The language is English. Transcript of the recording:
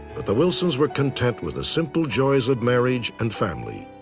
but the wilson's were content with the simple joys of marriage and family.